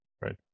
Right